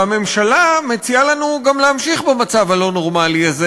והממשלה מציעה לנו גם להמשיך במצב הלא-נורמלי הזה,